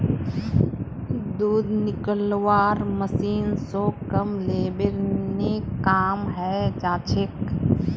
दूध निकलौव्वार मशीन स कम लेबर ने काम हैं जाछेक